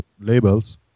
labels